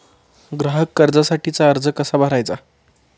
ग्राहक कर्जासाठीचा अर्ज कसा भरायचा?